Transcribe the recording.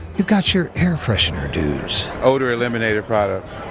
you gotch yer air freshener dudes. odor eliminator products,